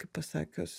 kaip pasakius